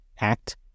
act